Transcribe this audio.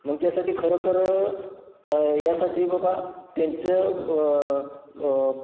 मग त्यासाठी खरं तर यासाठी बाबा त्यांचं